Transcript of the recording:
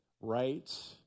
right